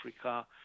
africa